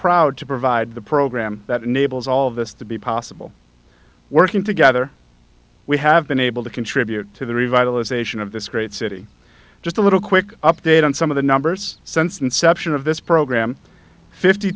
proud to provide the program that enables all of this to be possible working together we have been able to contribute to the revitalization of this great city just a little quick update on some of the numbers since inception of this program fifty